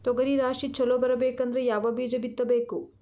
ತೊಗರಿ ರಾಶಿ ಚಲೋ ಬರಬೇಕಂದ್ರ ಯಾವ ಬೀಜ ಬಿತ್ತಬೇಕು?